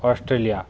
Australia